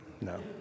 no